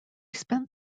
spent